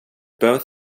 both